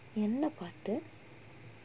என்ன பாட்டு:enna paattu